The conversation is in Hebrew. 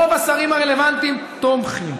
רוב השרים הרלוונטיים תומכים.